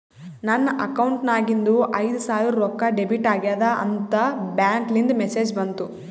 ನನ್ ಅಕೌಂಟ್ ನಾಗಿಂದು ಐಯ್ದ ಸಾವಿರ್ ರೊಕ್ಕಾ ಡೆಬಿಟ್ ಆಗ್ಯಾದ್ ಅಂತ್ ಬ್ಯಾಂಕ್ಲಿಂದ್ ಮೆಸೇಜ್ ಬಂತು